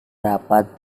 rapat